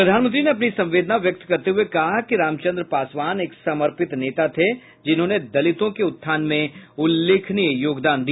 प्रधानंत्री ने अपनी संवेदना व्यक्त करते हुए कहा कि रामचंद्र पासवान एक समर्पित नेता थे जिन्होंने दलितों के उत्थान में उल्लेखनीय योगदान दिया